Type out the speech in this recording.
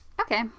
Okay